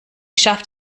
schafft